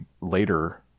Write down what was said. later